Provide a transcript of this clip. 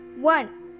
One